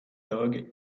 dog